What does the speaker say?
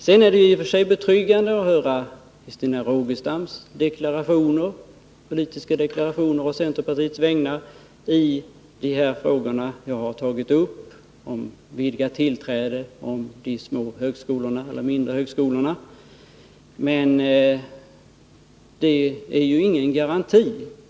Det är vidare i och för sig betryggande att höra Christina Rogestams politiska deklarationer å centerpartiets vägnar i de frågor om eventuellt vidgat tillträde till de mindre högskolorna som jag har tagit upp, men dessa deklarationer innebär inte några garantier.